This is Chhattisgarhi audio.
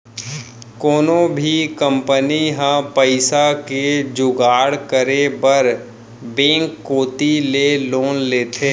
कोनो भी कंपनी ह पइसा के जुगाड़ करे बर बेंक कोती ले लोन लेथे